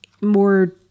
more